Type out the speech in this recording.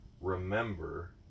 remember